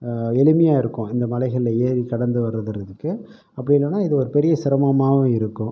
எளிமையாக இருக்கும் இந்த மலைகளில் ஏறி கடந்து வருவதற்கு அப்படி இல்லைன்னா இது ஒரு பெரிய சிரமமாகவும் இருக்கும்